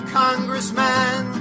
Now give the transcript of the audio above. congressman